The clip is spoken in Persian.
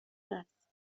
هست